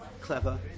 clever